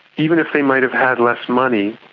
even if they might have had less money.